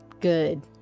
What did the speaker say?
good